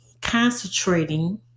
concentrating